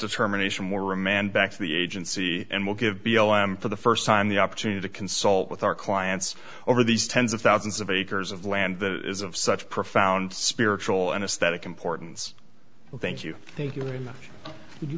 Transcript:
determination more remand back to the agency and will give b l m for the st time the opportunity to consult with our clients over these tens of thousands of acres of land that is of such profound spiritual anaesthetic importance thank you thank you very much you